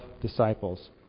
disciples